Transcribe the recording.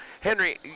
Henry